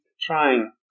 trying